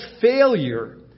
failure